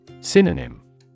Synonym